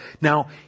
Now